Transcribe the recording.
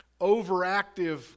overactive